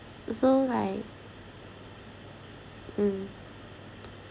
so like hmm